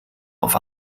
auf